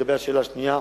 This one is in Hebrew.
לגבי השאלה השנייה,